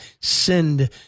send